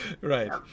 Right